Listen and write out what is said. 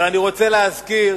אבל אני רוצה להזכיר